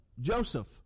Joseph